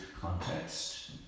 context